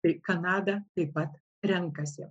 kanadą taip pat renkasi